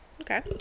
Okay